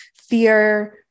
fear